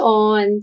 on